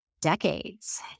decades